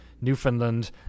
Newfoundland